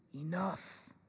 enough